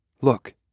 Look